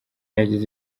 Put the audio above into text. yagize